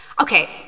Okay